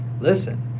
Listen